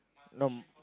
no